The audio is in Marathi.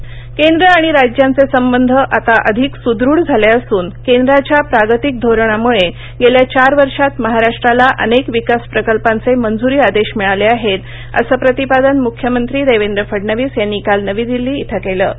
मुख्यमंत्री केंद्र आणि राज्यांचे संबंध आता अधिक सुदृढ झाले असून केंद्राच्या प्रागतिक धोरणामुळे गेल्या चार वर्षात महाराष्ट्राला अनेक विकास प्रकल्पांचे मंजूरी आदेश मिळाले आहेत असं प्रतिपादन मुख्यमंत्री देवेंद्र फडणवीस यांनी काल नवी दिल्ली इथं केलं